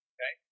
Okay